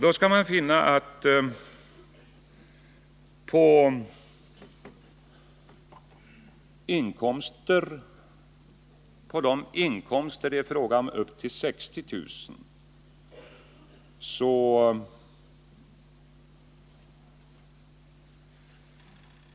Då kommer vi att finna att på inkomster upp till 60 000 kr.